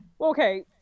Okay